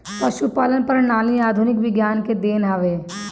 पशुपालन प्रणाली आधुनिक विज्ञान के देन हवे